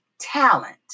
talent